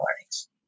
learnings